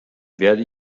werde